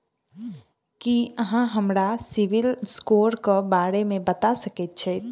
की अहाँ हमरा CIBIL score क बारे मे बता सकइत छथि?